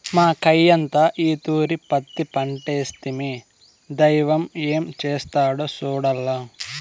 మాకయ్యంతా ఈ తూరి పత్తి పంటేస్తిమి, దైవం ఏం చేస్తాడో సూడాల్ల